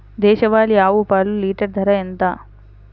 దేశవాలీ ఆవు పాలు లీటరు ధర ఎంత?